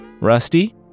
Rusty